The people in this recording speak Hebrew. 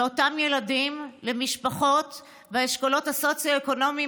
באותם ילדים למשפחות באשכולות הסוציו-אקונומיים